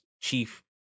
chief